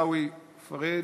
עיסאווי פריג'.